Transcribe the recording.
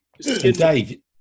Dave